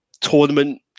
tournament